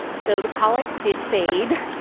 so the colic did fade,